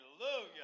hallelujah